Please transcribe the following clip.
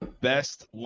best